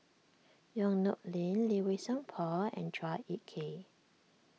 Yong Nyuk Lin Lee Wei Song Paul and Chua Ek Kay